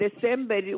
December